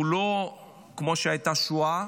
הוא לא כמו שהייתה שואה,